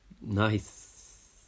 Nice